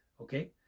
Okay